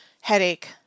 headache